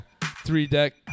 three-deck